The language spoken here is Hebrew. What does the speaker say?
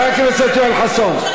חבר הכנסת יואל חסון,